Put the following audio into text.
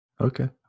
Okay